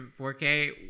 4K